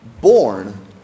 Born